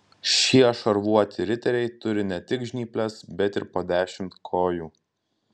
šie šarvuoti riteriai turi ne tik žnyples bet ir po dešimt kojų